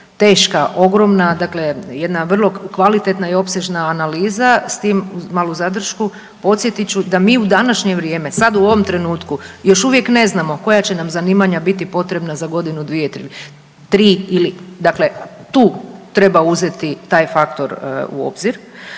teška ogromna, dakle jedna vrlo kvalitetna i opsežna analiza, s tim malu zadršku, podsjetit ću da mi u današnje vrijeme sada u ovom trenutku još uvijek ne znamo koja će nam zanimanja biti potrebna za godinu, dvije, tri ili dakle tu treba uzeti taj faktor u obzir.